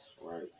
right